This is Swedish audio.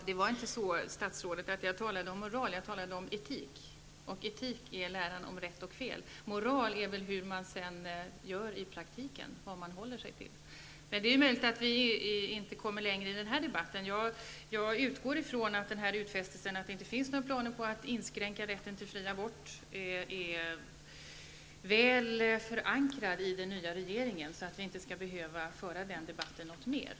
Herr talman! Jag talade inte om moral utan om etik. Etik är läran om rätt och fel. Moral är väl vad man i praktiken håller sig till. Det är möjligt att vi inte kommer längre i denna debatt. Jag utgår ifrån att utfästelsen om att det inte finns några planer på att inskränka rätten till fri abort är väl förankrad i den nya regeringen, och då behöver vi väl inte föra den här debatten något mera.